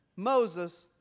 Moses